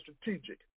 strategic